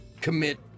Commit